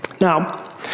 Now